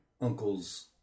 uncle's